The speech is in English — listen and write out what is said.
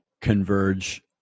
converge